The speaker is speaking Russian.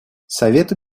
совету